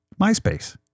MySpace